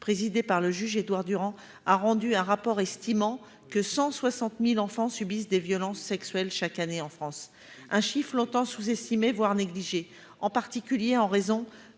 présidée par le juge Édouard Durand, estime dans son rapport que 160 000 enfants subissent des violences sexuelles chaque année en France, un nombre longtemps sous-estimé, voire négligé, en particulier en raison